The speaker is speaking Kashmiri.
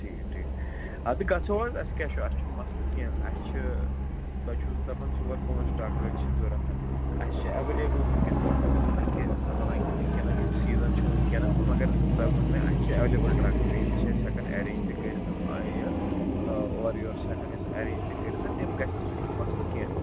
ٹھیٖک ٹھیٖک اَدٕ گژھو حظ اَسہِ کیٛاہ چھُ اَسہِ چھُنہٕ مَسلہٕ کیٚنٛہہ اَسہِ چھِ تۄہہِ چھُس دپان ژور پٲنٛژھ ٹرٛکہٕ چھِ ضروٗرت اَسہِ چھِ ایٚویلیبُل وُنکٮ۪ن حالانٛکہِ حالانٛکہِ وُنکٮ۪نَس چھُ سیٖزَن چھُ وُنکیٚنَس تہٕ مگر تۄہہِ ووٚن مےٚ اَسہِ چھِ ایٚویلیبٕل ٹرٛکہٕ بیٚیہِ تہِ چھِ أسۍ ہٮ۪کان ایرینٛج تہِ کٔرِتھ یہِ اورٕ یورٕ چھِ ہٮ۪کان أسۍ ایرینٛج تہِ کٔرِتھ تِم گژھن سُہ چھُنہٕ مَسلہٕ کیٚنٛہہ